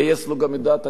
ובעיני גם אפשר.